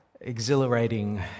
exhilarating